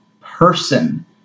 person